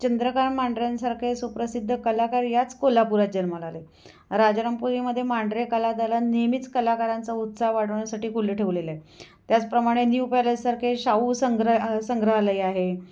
चंद्रकांत मांढऱ्यांसारखे सुप्रसिद्ध कलाकार याच कोल्हापूरात जन्माला आले आहे राजारामपुरीमध्ये मांढरे कला दालन नेहमीच कलाकारांचा उत्साह वाढवण्यासाठी खुले ठेवलेले आहे त्याचप्रमाणे न्यू पॅलेससारखे शाहू संग्र संग्रहालय आहे